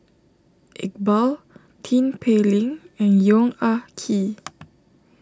Iqbal Tin Pei Ling and Yong Ah Kee